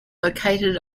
located